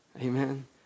Amen